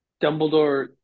Dumbledore